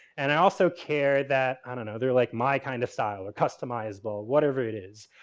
and i also care that, i don't know, they're like my kind of style, or customizable, whatever it is.